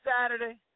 Saturday